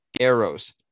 arrows